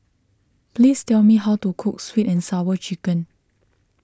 please tell me how to cook Sweet and Sour Chicken